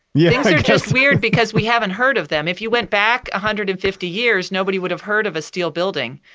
yeah just weird because we haven't heard of them. if you went back one hundred and fifty years, nobody would have heard of a steel building.